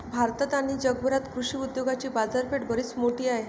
भारतात आणि जगभरात कृषी उद्योगाची बाजारपेठ बरीच मोठी आहे